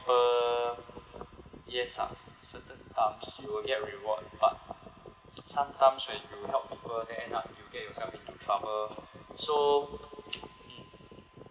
~ple yes ah c~ certain times you will get reward but sometimes when you help people then end up you get yourself into trouble so mm